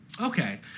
Okay